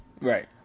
Right